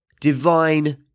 Divine